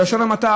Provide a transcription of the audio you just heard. בלשון המעטה,